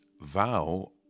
vow